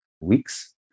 weeks